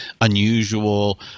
unusual